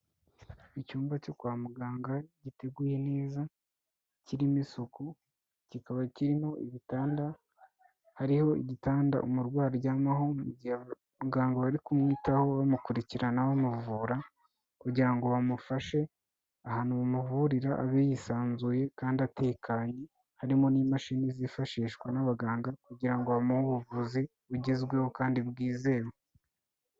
Icyumba cyo kwa muganga giteguye neza, kirimo isuku, kikaba kirimo ibitanda, hariho igitanda umurwayi aryamaho mu gihe abaganga bari kumwitaho, bamukurikirana, bamuvura kugira ngo bamufashe ahantu bamuvurira abe yisanzuye kandi atekanye, harimo n'imashini zifashishwa n'abaganga kugira ngo bamuhe ubuvuzi bugezweho kandi bwizewe.